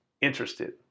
interested